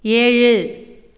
ஏழு